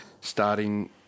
starting